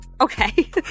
Okay